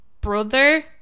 brother